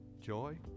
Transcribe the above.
joy